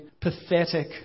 pathetic